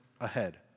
ahead